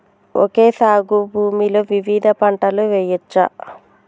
Okay సాగు భూమిలో వివిధ పంటలు వెయ్యచ్చా?